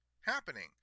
happening